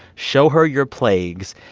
show her your plagues,